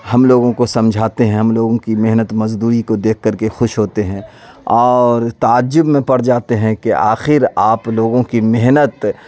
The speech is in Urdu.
ہم لوگوں کو سمجھاتے ہیں ہم لوگوں کی محنت مزدوری کو دیکھ کر کے خوش ہوتے ہیں اور تعجب میں پڑ جاتے ہیں کہ آخر آپ لوگوں کی محنت